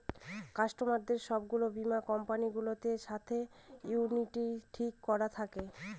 কাস্টমারদের সব গুলো বীমা কোম্পানি গুলোর সাথে ইউনিটি ঠিক করা থাকে